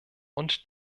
und